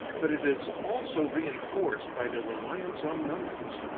but it is also reenforced by their reliance on numbers.